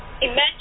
imagine